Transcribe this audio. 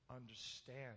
understand